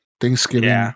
Thanksgiving